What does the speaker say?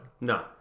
No